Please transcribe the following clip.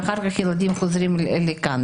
ואחר כך הילדים חוזרים לכאן.